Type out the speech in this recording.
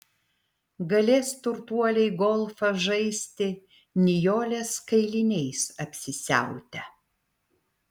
galės turtuoliai golfą žaisti nijolės kailiniais apsisiautę